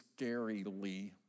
scarily